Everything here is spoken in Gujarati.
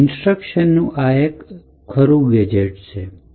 અને ઇન્સ્ટ્રક્શન નું આ એક સાચું ગેજેટ છે